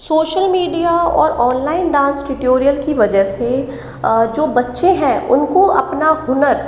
social media और online dance tutorial की वजह से जो बच्चे हैं उनको अपना हुनर